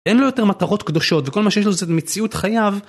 אין לו יותר מטרות קדושות, וכל מה שיש לו זה מציאות חייו.